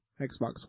Xbox